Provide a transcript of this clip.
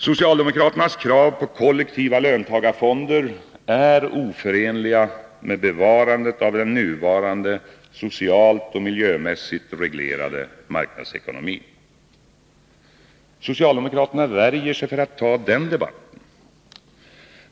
Socialdemokraternas krav på kollektiva löntagarfonder är oförenliga med bevarandet av den nuvarande socialt och miljömässigt reglerade marknadsekonomin. Socialdemokraterna värjer sig för att ta den debatten.